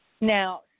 Now